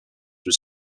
with